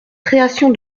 création